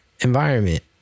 environment